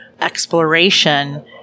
exploration